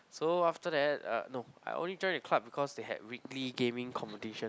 so after that uh no I only join that club because they had weekly gaming competition